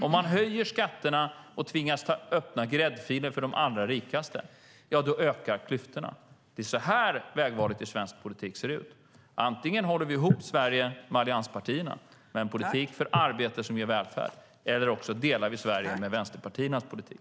Om man höjer skatterna och tvingas öppna gräddfiler för de allra rikaste ökar klyftorna. Det är så vägvalet i svensk politik ser ut. Antingen håller vi ihop Sverige med allianspartierna, med en politik för arbete som ger välfärd, eller också delar vi Sverige med vänsterpartiernas politik.